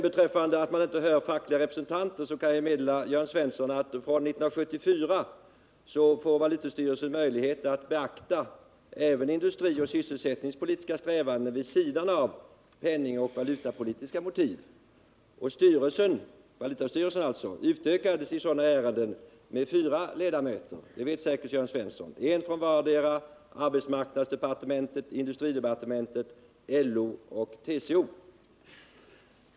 Beträffande kravet att man skall höra fackliga representanter kan jag meddela Jörn Svensson att från 1974 har valutastyrelsen möjlighet att beakta även industrioch sysselsättningspolitiska strävanden vid sidan av penningoch valutapolitiska motiv. Valutastyrelsen utökas i sådana fall med fyra ledamöter — det vet säkert Jörn Svensson — en från vardera arbetsmarknadsdepartementet, industridepartementet, LO och TCO.